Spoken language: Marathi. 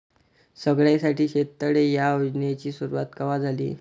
सगळ्याइसाठी शेततळे ह्या योजनेची सुरुवात कवा झाली?